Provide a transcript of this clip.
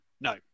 No